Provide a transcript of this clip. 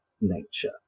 nature